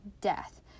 death